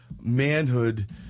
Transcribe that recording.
manhood